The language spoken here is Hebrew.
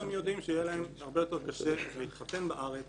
הן יודעות שיהיה להן הרבה יותר קשה להתחתן בארץ